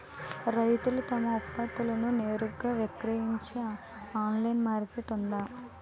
రైతులు తమ ఉత్పత్తులను నేరుగా విక్రయించే ఆన్లైన్ మార్కెట్ ఉందా?